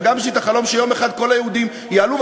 וגם יש לי החלום שיום אחד כל היהודים יעלו,